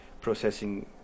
processing